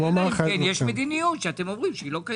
אלא אם כן אתם אומרים שיש מדיניות שלא קיימת.